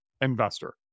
investor